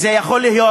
זה יכול להיות,